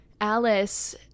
Alice